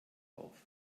auf